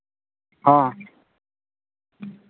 ᱦᱮᱸ